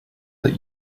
that